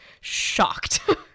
shocked